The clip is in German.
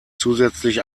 zusätzlich